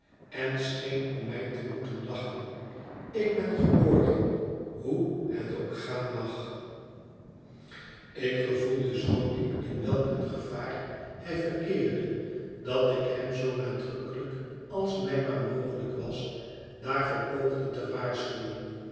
en scheen om mij te moeten lachen ik ben geborgen hoe het ook gaan mag ik gevoelde zoo diep in welk een gevaar hij verkeerde dat ik hem zoo nadrukkelijk als mij maar mogelijk was daarvoor poogde te waarschuwen